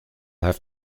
have